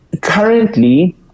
Currently